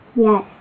Yes